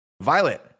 Violet